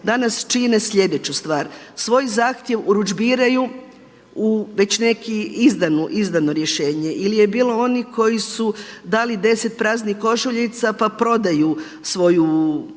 danas čine slijedeću stvar. Svoj zahtjev urudžbiraju u već neko izdano rješenje. Ili je bilo onih koji su dali deset praznih košuljica pa prodaju svoj